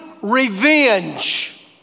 revenge